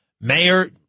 Mayor